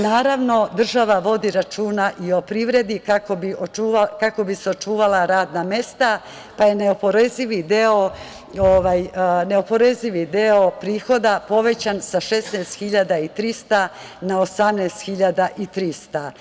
Naravno država vodi računa i o privredi kako bi se očuvala radna mesta, pa je neoporezivi deo prihoda povećan sa 16.300 na 18.300.